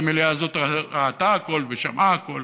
כי המליאה הזאת ראתה הכול ושמעה הכול,